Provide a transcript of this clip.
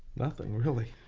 nothing really.